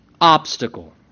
obstacle